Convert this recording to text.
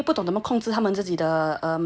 一不懂怎么控制他们自己的那种 emotions everything yeah